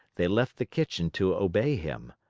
they left the kitchen to obey him.